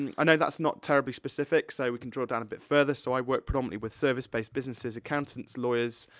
and i know that's not terribly specific, so we can draw down a bit further. so, i work predominantly with service-based businesses, accountants, lawyers,